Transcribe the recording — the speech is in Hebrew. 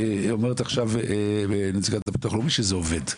אומרת עכשיו נציגת הביטוח הלאומי שזה עובד.